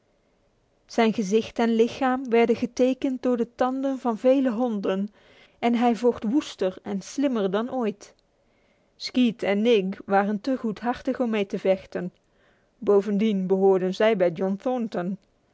zijn gezicht en lichaam werden getekend door de tanden van vele honden en hij vocht woester en slimmer dan ooit skeet en nig waren te goedhartig om mee te vechten bovendien behoorden zij bij john